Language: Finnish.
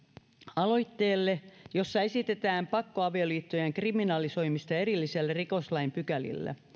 aloitteelle jossa esitetään pakkoavioliittojen kriminalisoimista erillisillä rikoslain pykälillä